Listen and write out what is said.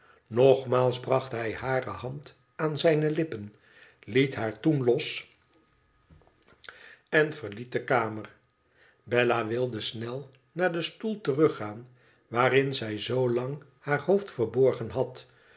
nogmaals bracht hij hare hand aan zijne lippen liet haar toen los en verliet de kamer bella wilde snel naar den stoel teruggaan waarin zij zoo lang haar hoofd verborgen had